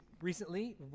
recently